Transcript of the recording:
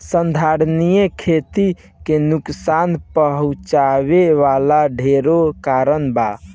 संधारनीय खेती के नुकसान पहुँचावे वाला ढेरे कारण बा